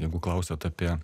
jeigu klausiat apie